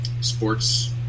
sports